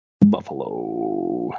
Buffalo